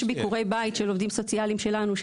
יש ביקורי בית של עובדים סוציאליים שלנו,